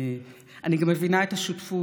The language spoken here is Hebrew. אני גם מבינה את השותפות.